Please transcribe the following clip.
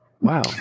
Wow